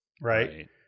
right